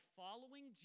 following